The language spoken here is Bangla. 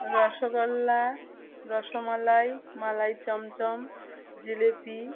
রসগোল্লা রসমলাই মালাই চমচম জিলেপি